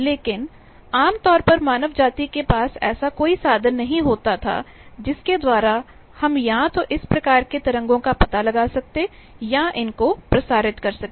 लेकिन आम तौर पर मानव जाति के पास ऐसा कोई साधन नहीं होता था जिसके द्वारा हम या तो इस प्रकार के तरंगों का पता लगा सकते या इनको प्रसारित कर सकते